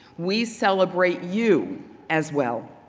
we celebrate you as well.